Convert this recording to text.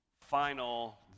final